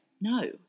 no